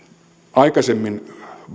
aikaisemmin